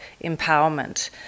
empowerment